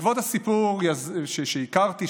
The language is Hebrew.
בעקבות הסיפור שהכרתי,